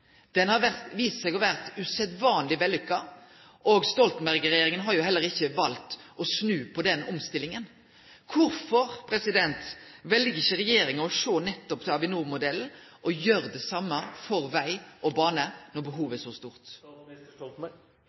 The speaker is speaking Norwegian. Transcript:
har vist seg å vere usedvanleg vellykka. Stoltenberg-regjeringa har ikkje valt å snu på den omstillinga. Kvifor vel ikkje regjeringa å sjå nettopp til Avinor-modellen, og gjere det same for veg og bane, når behovet er så stort?